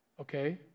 Okay